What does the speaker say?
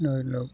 ধৰি লওক